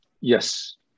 Yes